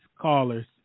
callers